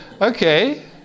Okay